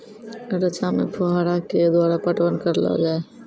रचा मे फोहारा के द्वारा पटवन करऽ लो जाय?